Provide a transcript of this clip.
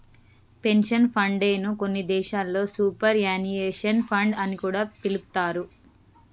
pension fund నే కొన్ని దేశాల్లో సూపర్ యాన్యుయేషన్ ఫండ్ అని కూడా పిలుత్తారు